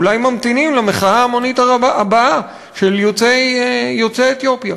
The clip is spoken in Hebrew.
אולי ממתינים למחאה ההמונית הבאה של יוצאי אתיופיה.